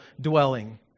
dwelling